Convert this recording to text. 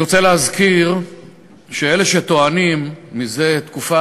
אני רוצה להזכיר שאלה שטוענים זה תקופה